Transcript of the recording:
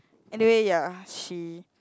anyway ya she